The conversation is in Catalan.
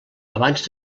abans